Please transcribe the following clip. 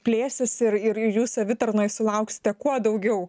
plėsis ir ir jūs savitarnoj sulauksite kuo daugiau